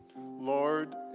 Lord